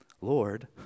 Lord